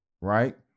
right